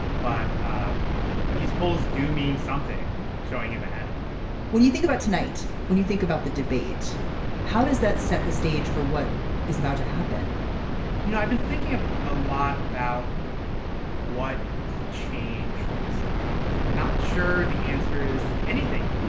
but um these polls do mean something showing him ahead when you think about tonight when you think about the debate how does that set the stage for what is about to happen you know i've been thinking a ah lot about what could change from this debate. i'm not sure the answer is anything